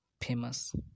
famous